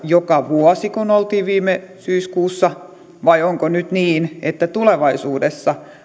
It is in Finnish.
joka vuosi samanlaisessa tilanteessa kuin oltiin viime syyskuussa vai onko nyt niin että tulevaisuudessa